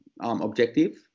objective